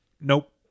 Nope